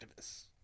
activists